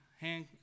hand